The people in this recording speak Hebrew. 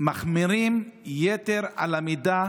שמחמירים יתר על המידה.